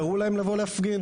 קראו להם לבוא להפגין,